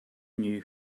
knew